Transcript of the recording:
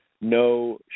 No